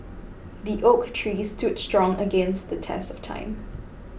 the oak tree stood strong against the test of time